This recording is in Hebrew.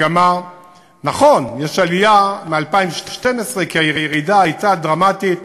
נכון, יש עלייה מ-2012, כי הירידה הייתה דרמטית,